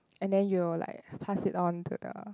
and then you'll like pass it on to the